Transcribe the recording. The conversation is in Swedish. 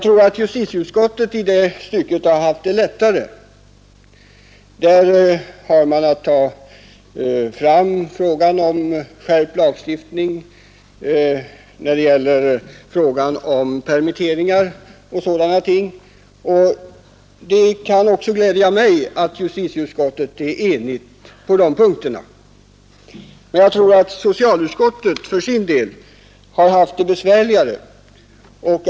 Justitieutskottet har i det stycket haft det lättare. Justitieutskottet har behandlat sådana frågor som som skärpt lagstiftning och permitteringar, och det glädjer även mig att utskottet är enigt på dessa punkter. Jag tror att socialutskottet för sin del har haft det besvärligare.